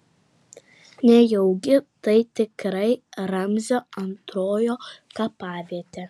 nejaugi tai tikrai ramzio antrojo kapavietė